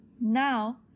Now